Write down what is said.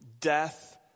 Death